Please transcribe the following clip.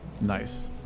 Nice